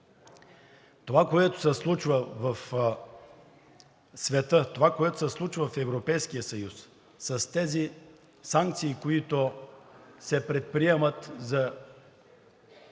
това, което се случва в света, това, което се случва в Европейския съюз, с тези санкции, които се предприемат за